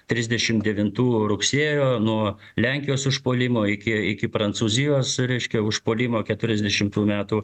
trisdešimt devintų rugsėjo nuo lenkijos užpuolimo iki iki prancūzijos reiškia užpuolimo keturiasdešimtų metų